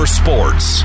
sports